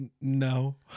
No